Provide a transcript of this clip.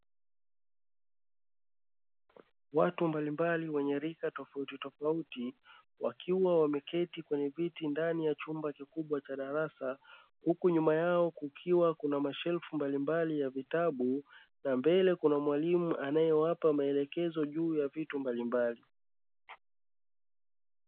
Watu mbalimbali wenye rika tofautitofauti, wakiwa wameketi kwenye viti ndani ya chumba kikubwa cha darasa, huku nyuma yao kukiwa kuna mashelfu mbalimbali ya vitabu na mbele kuna mwalimu anayewapa maelekezo juu ya vitu mbalimbali.